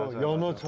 yongman.